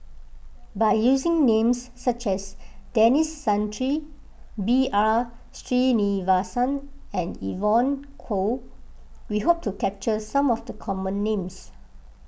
by using names such as Denis Santry B R Sreenivasan and Evon Kow we hope to capture some of the common names